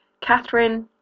catherine